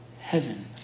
heaven